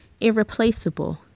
irreplaceable